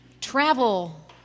travel